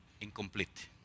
incomplete